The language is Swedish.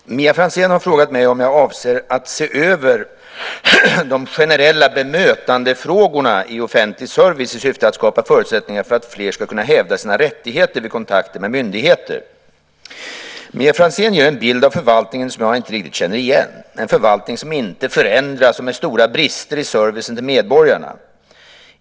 Fru talman! Mia Franzén har frågat mig om jag avser att se över de generella bemötandefrågorna i offentlig service i syfte att skapa förutsättningar för att fler ska kunna hävda sina rättigheter vid kontakter med myndigheter. Mia Franzén ger en bild av förvaltningen som jag inte riktigt känner igen: En förvaltning som inte förändras och med stora brister i servicen till medborgarna.